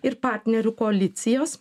ir partnerių koalicijos